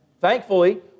Thankfully